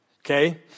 okay